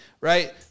right